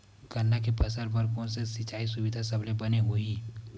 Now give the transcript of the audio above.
गन्ना के फसल बर कोन से सिचाई सुविधा सबले बने होही?